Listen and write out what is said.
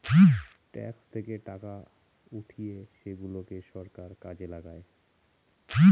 tax থেকে টাকা উঠিয়ে সেগুলাকে সরকার কাজে লাগায়